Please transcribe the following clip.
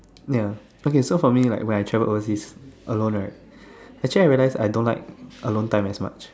ya okay so for me right when I travel overseas alone right actually I realize I don't like alone time as much